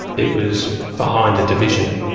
it was behind a division,